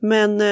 Men